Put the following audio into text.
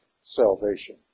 salvation